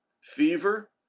fever